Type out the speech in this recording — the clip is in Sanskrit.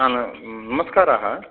हा नमः नमस्काराः